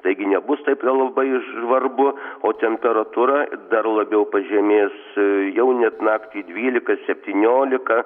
taigi nebus taip jau labai žvarbu o temperatūra dar labiau pažemės jau net naktį dvylika septyniolika